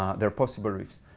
um they're possible reefs.